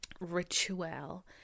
ritual